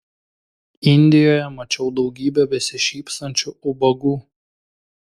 indijoje mačiau daugybę besišypsančių ubagų